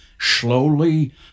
slowly